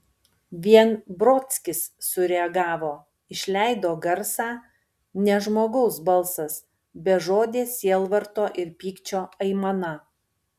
vien brodskis sureagavo išleido garsą ne žmogaus balsas bežodė sielvarto ir pykčio aimana